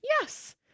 Yes